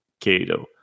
Cato